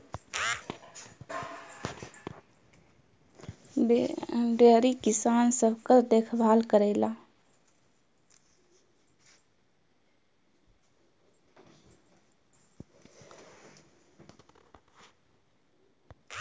dairy किसान सबकर देखभाल करेला